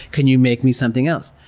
can you make me something else?